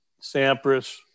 Sampras